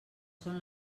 són